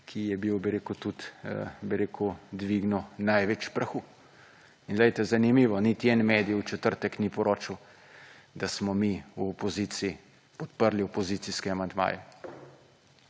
ki je bil, bi rekel, tudi, bi rekel, dvignil največ prahu. In glejte, zanimivo, niti en medij v četrtek ni poročal, da smo mi v poziciji podprli opozicijske amandmaje